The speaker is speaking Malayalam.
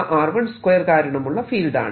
r12 കാരണമുള്ള ഫീൽഡ് ആണ്